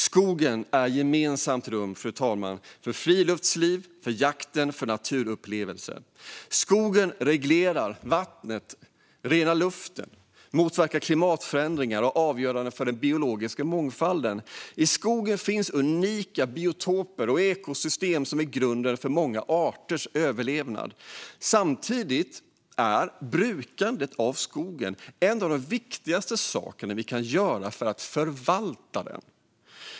Skogen är ett gemensamt rum, fru talman, för friluftsliv, jakten och naturupplevelser. Skogen reglerar vattnet, renar luften, motverkar klimatförändringar och är avgörande för den biologiska mångfalden. I skogen finns unika biotoper och ekosystem som är grunden för många arters överlevnad. Samtidigt är brukandet av skogen något av det viktigaste vi kan göra för att förvalta den.